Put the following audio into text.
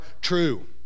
true